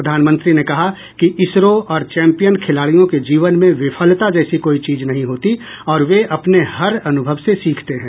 प्रधानमंत्री ने कहा कि इसरो और चैंपियन खिलाडियों के जीवन में विफलता जैसी कोई चीज नहीं होती और वे अपने हर अनुभव से सीखते हैं